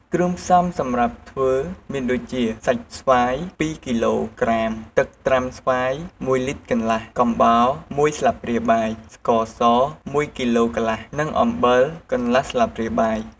គ្រឿងផ្សំសម្រាប់ធ្វើមានដូចជា សាច់ស្វាយ ២គីឡូក្រាម ទឹកត្រាំស្វាយ ១លីត្រកន្លះ កំបោរ ១ស្លាបព្រាបាយ ស្ករស ១គីឡូកន្លះ និងអំបិលកន្លះស្លាបព្រាបាយ។